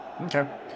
okay